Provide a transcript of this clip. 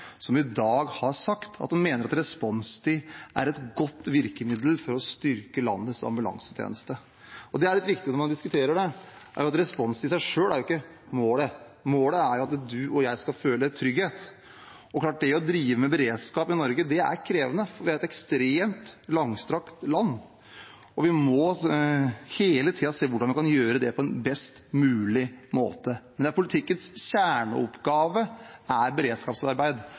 som i dag har sagt at de mener at responstid er et godt virkemiddel for å styrke landets ambulansetjeneste. Og når man diskuterer dette: Responstid er jo – og det er litt viktig – i seg selv ikke målet. Målet er at du og jeg skal føle trygghet. Det er klart at det å drive med beredskap i Norge er krevende. Vi er et ekstremt langstrakt land, og vi må hele tiden se hvordan vi kan gjøre det på en best mulig måte. Men politikkens kjerneoppgave er beredskapsarbeid,